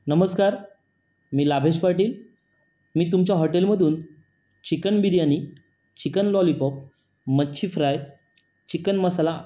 नमस्कार मी लाभेश पाटील मी तुमच्या हॉटेलमधून चिकन बिर्याणी चिकन लॉलीपॉप मच्छी फ्राय चिकन मसाला